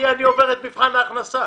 כי אני עובר את מבחן ההכנסה.